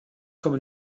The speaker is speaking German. komme